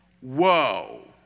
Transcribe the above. Whoa